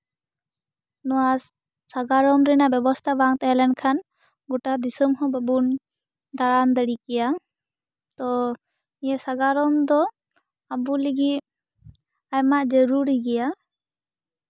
ᱱᱚᱶᱟ ᱥᱟᱜᱟᱲᱚᱢ ᱨᱮᱱᱟᱜ ᱵᱮᱵᱚᱥᱛᱟ ᱵᱟᱝ ᱛᱟᱦᱮᱸᱞᱮᱱᱠᱷᱟᱱ ᱜᱚᱴᱟ ᱫᱤᱥᱚᱢ ᱦᱚᱸ ᱜᱚᱴᱟ ᱫᱤᱥᱚᱢ ᱦᱚᱸ ᱵᱟᱵᱩᱱ ᱫᱟᱬᱟᱸᱱ ᱫᱟᱲᱤ ᱠᱮᱭᱟ ᱛᱚ ᱱᱤᱭᱟᱹ ᱥᱟᱜᱟᱲᱚᱢ ᱫᱚ ᱟᱵᱩ ᱞᱟᱹᱜᱤᱫ ᱟᱭᱢᱟ ᱡᱟᱨᱩᱨᱤ ᱜᱮᱭᱟ